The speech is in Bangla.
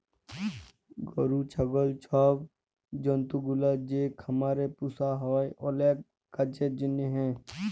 গরু, ছাগল ছব জল্তুগুলা যে খামারে পুসা হ্যয় অলেক কাজের জ্যনহে